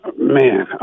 Man